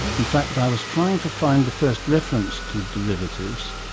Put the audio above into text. in fact i was trying to find the first reference to derivatives.